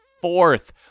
fourth